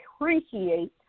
appreciate